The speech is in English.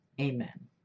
Amen